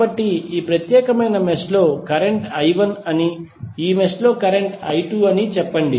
కాబట్టి ఈ ప్రత్యేకమైన మెష్ లో కరెంట్ I1 అని ఈ మెష్ లో కరెంట్ I2 అని చెప్పండి